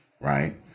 Right